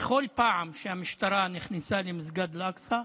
בכל פעם שהמשטרה נכנסה למסגד אל-אקצא,